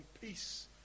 peace